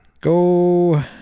Go